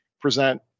present